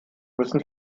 müssen